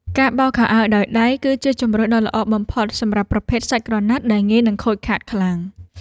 ការបោកខោអាវដោយដៃ គឺជាជម្រើសដ៏ល្អបំផុតសម្រាប់ប្រភេទសាច់ក្រណាត់ដែលងាយនឹងខូចខាតខ្លាំង។